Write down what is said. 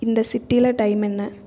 இந்த சிட்டியில் டைம் என்ன